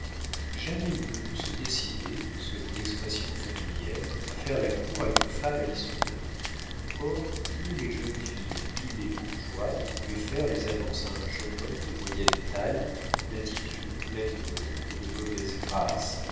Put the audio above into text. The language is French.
jamais il ne put se décider selon l'expression familière à faire la cour à une femme à issoudun or ni les jeunes filles ni les bourgeoises ne pouvaient faire les avances à un jeune homme de moyenne taille d'attitude pleine de honte et de mauvaise grâce